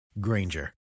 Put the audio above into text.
Granger